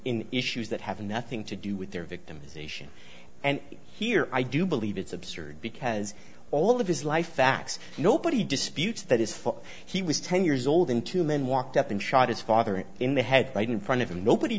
in issues that have nothing to do with their victimization and here i do believe it's absurd because all of his life facts nobody disputes that is four he was ten years old in two men walked up and shot his father in the head right in front of him nobody